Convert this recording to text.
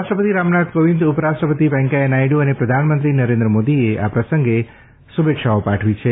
રાષ્ટ્રપતિ રામનાથ કોંવિદ ઉપરાષ્ટ્રપતિ વૈકેયા નાયડ અને પ્રધાનમંત્રી નરેન્દ્ર મોદીએ આ પ્રસંગે શુભેચ્છાઓ પાઠવી છે